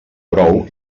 brou